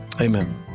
Amen